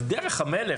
דרך המלך,